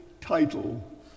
title